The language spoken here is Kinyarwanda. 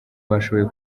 bashoboye